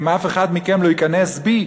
אם אף אחד מכם לא ייכנס בי,